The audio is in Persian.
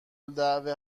الدعوه